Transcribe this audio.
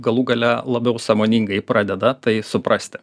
galų gale labiau sąmoningai pradeda tai suprasti